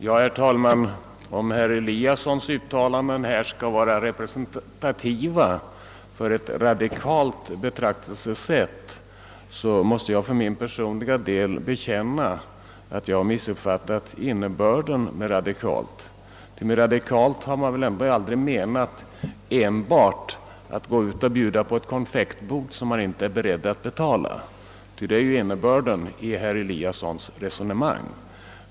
Herr talman! Om herr Eliassons i Sundborn uttalanden skall vara representativa för ett radikalt betraktelsesätt, måste jag bekänna att jag har missuppfattat begreppet radikal. Med det har man väl ändå aldrig menat enbart att gå ut och bjuda på ett konfektbord som man inte är beredd att betala, såsom är innebörden av herr Eliassons resonemang.